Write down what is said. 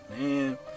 man